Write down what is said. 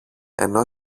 ενώ